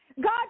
God